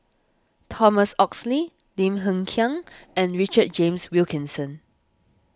Thomas Oxley Lim Hng Kiang and Richard James Wilkinson